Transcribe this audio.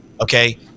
okay